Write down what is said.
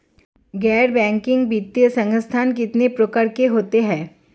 गैर बैंकिंग वित्तीय संस्थान कितने प्रकार के होते हैं?